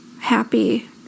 happy